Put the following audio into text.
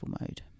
mode